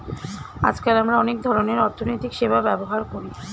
আজকাল আমরা অনেক ধরনের অর্থনৈতিক সেবা ব্যবহার করি